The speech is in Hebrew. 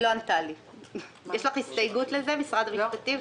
יש לך הסתייגות לזה משרד המשפטים?